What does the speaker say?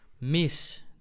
miss